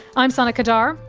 i'm sana qadar,